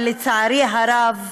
ולצערי הרב,